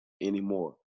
anymore